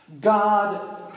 God